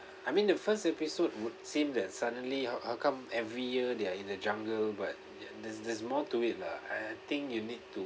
I mean the first episode would seem that suddenly how how come every year they are in the jungle but ya there's there's more to it lah I I think you need to